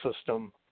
system